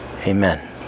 Amen